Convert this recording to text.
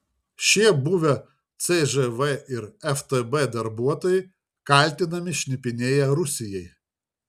šie buvę cžv ir ftb darbuotojai kaltinami šnipinėję rusijai